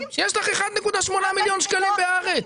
ב"הארץ" --- יש לך 1.8 מיליון שקלים ב"הארץ".